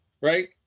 right